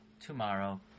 tomorrow